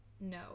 No